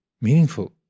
meaningful